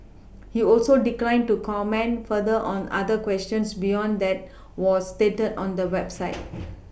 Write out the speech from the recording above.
he also declined to comment further on other questions beyond that was stated on the website